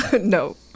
no